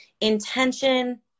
intention